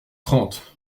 trente